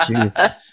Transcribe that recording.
jesus